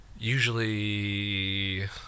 Usually